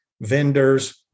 vendors